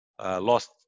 lost